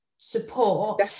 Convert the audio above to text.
support